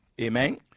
Amen